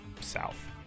south